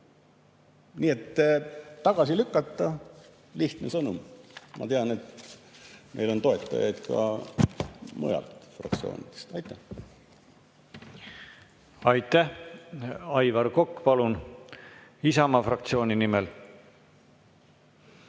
Nii et tagasi lükata – lihtne sõnum. Ma tean, et meil on toetajaid ka mujal fraktsioonides. Aitäh! Aitäh! Aivar Kokk, palun, Isamaa fraktsiooni nimel!